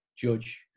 judge